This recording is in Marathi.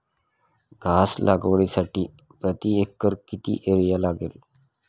घास लागवडीसाठी प्रति एकर किती युरिया लागेल?